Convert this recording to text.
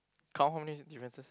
count how many differences